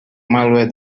malware